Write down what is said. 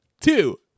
Two